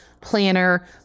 planner